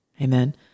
Amen